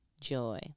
joy